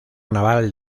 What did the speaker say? naval